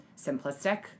simplistic